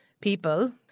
people